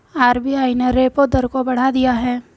RBI ने repo दर को बढ़ा दिया है